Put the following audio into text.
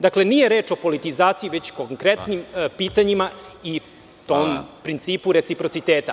Dakle, nije reč o politizaciji, već o konkretnim pitanjima i tom principu reciprociteta.